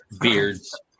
beards